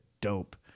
dope